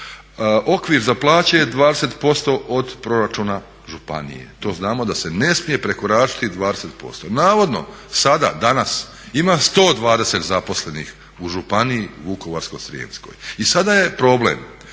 Okvir za plaće je 20% od proračuna županije. To znamo da se ne smije prekoračiti 20%. Navodno sada, danas ima 120 zaposlenih u županiji Vukovarsko-srijemskoj. I sada je problem